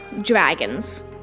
dragons